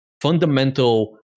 fundamental